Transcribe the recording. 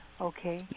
Okay